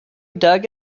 dug